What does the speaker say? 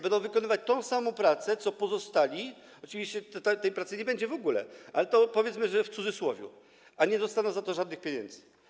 Będą wykonywać tę samą pracę co pozostali - oczywiście tej pracy nie będzie w ogóle, ale powiedzmy, że w cudzysłowie - a nie dostaną za to żadnych pieniędzy.